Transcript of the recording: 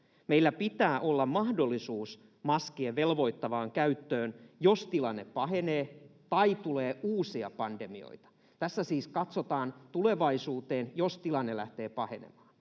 Meillä pitää olla mahdollisuus maskien velvoittavaan käyttöön, jos tilanne pahenee tai tulee uusia pandemioita. Tässä siis katsotaan tulevaisuuteen, siihen, jos tilanne lähtee pahenemaan.